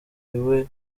iwe